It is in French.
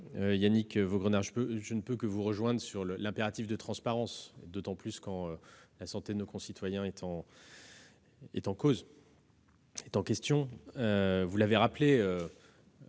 Yannick Vaugrenard, je ne peux que vous rejoindre sur l'impératif de transparence, d'autant plus quand la santé de nos concitoyens est en question. Vous l'avez souligné,